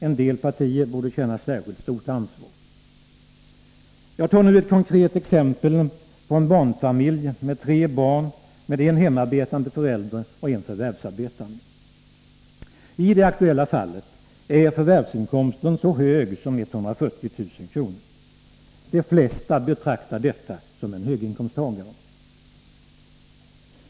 En del partier borde känna ett särskilt stort ansvar. Jag tar nu ett konkret exempel. Det gäller en barnfamilj med tre barn med en hemarbetande förälder och en förvärvsarbetande. I det aktuella fallet är förvärvsinkomsten så hög som 140 000 kr. De flesta betraktar en person med denna inkomst som höginkomsttagare.